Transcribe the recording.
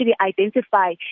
identify